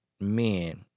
men